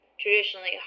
traditionally